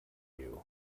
you